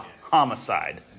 homicide